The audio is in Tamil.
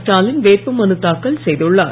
ஸ்டாலின் வேட்புமனுத் தாக்கல் செய்துள்ளார்